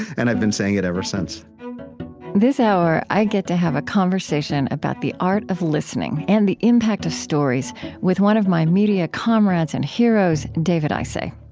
and i've been saying it ever since this hour i get to have a conversation about the art of listening and the impact of stories with one of my media comrades and heroes, david isay.